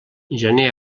gener